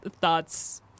thoughts